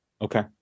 Okay